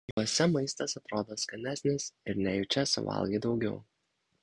juose maistas atrodo skanesnis ir nejučia suvalgai daugiau